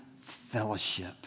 fellowship